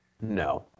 No